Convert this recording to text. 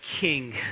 king